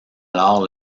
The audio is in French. alors